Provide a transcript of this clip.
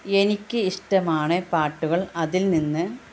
എനിക്ക് ഇഷ്ടമാണ് പാട്ടുകള് അതിൽ നിന്ന്